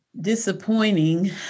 disappointing